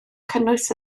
cynnwys